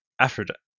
Aphrodite